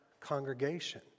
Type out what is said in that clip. congregation